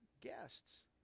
guests